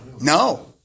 No